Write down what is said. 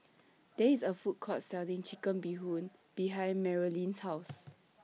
There IS A Food Court Selling Chicken Bee Hoon behind Marolyn's House